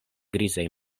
grizaj